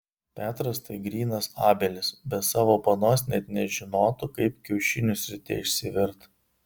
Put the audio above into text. petras tai grynas abelis be savo panos net nežinotų kaip kiaušinius ryte išsivirt